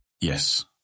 Yes